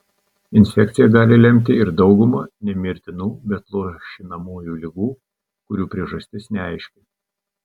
infekcija gali lemti ir daugumą ne mirtinų bet luošinamųjų ligų kurių priežastis neaiški